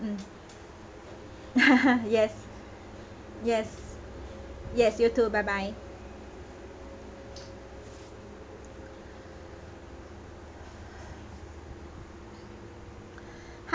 mm yes yes yes you too bye bye